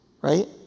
right